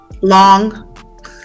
Long